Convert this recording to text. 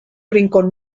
rincón